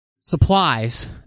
supplies